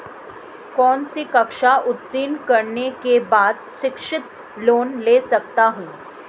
कौनसी कक्षा उत्तीर्ण करने के बाद शिक्षित लोंन ले सकता हूं?